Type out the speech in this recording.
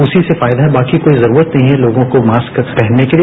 उसी से फायदा है बाकी कोई जरूरत नहीं है लोगों को मास्क पहनने के लिए